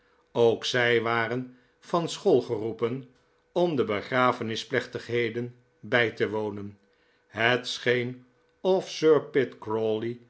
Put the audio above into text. ook zij waren van school geroepen om de begrafenis plechtigheden bij te wonen het scheen of